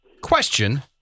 Question